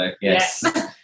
Yes